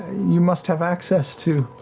you must have access to